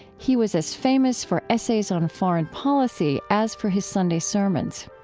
he was as famous for essays on foreign policy as for his sunday sermons.